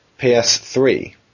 PS3